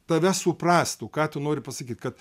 tave suprastų ką tu nori pasakyt kad